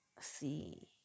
See